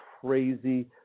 crazy